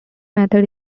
method